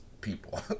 people